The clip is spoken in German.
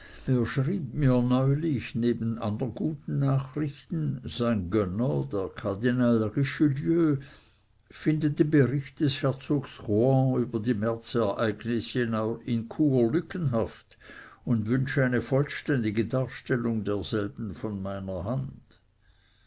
neulich neben andern guten nachrichten sein gönner der kardinal richelieu finde den bericht des herzogs rohan über die märzereignisse in chur lückenhaft und wünsche eine vollständige darstellung derselben von meiner hand